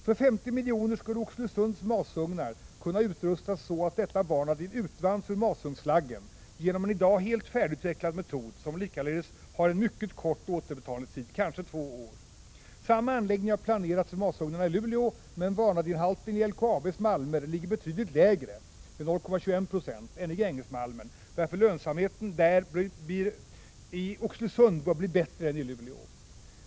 För 50 miljoner skulle Oxelösunds masugnar kunna utrustas så att detta vanadin utvanns ur masugnsslaggen, genom en i dag helt färdigutvecklad metod som likaledes har en mycket kort återbetalningstid — kanske 2 år. Samma anläggning har planerats vid masugnarna i Luleå, men vanadinhalten i LKAB:s malmer ligger betydligt lägre än i Grängesmalmen, varför lönsamheten av vanadinutvinning bör bli bättre i Oxelösund.